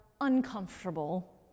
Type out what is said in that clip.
uncomfortable